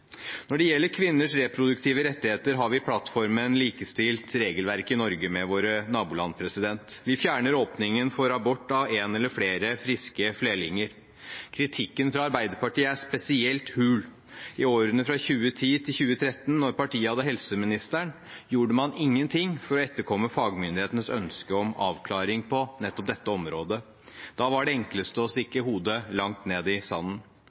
Når det gjelder kvinners reproduktive rettigheter, har vi i plattformen likestilt regelverket i Norge med våre naboland. Vi fjerner åpningen for abort av en eller flere friske flerlinger. Kritikken fra Arbeiderpartiet er spesielt hul. I årene fra 2010 til 2013, da partiet hadde helseministeren, gjorde man ingenting for å etterkomme fagmyndighetenes ønske om avklaring på nettopp dette området. Da var det enkleste å stikke hodet langt ned i sanden.